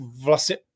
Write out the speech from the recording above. vlastně